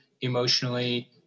emotionally